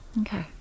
Okay